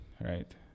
right